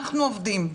עובדים,